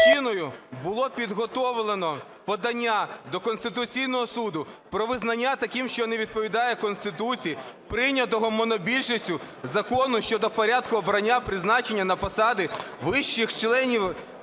було підготовлено подання до Конституційного Суду про визнання таким, що не відповідає Конституції прийнятого монобільшістю Закону щодо порядку обрання (призначення) на посади членів